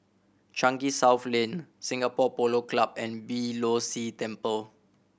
Changi South Lane Singapore Polo Club and Beeh Low See Temple